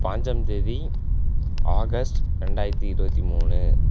பதிஞ்சாம் தேதி ஆகஸ்ட் ரெண்டாயிரத்து இருபத்தி மூணு